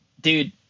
Dude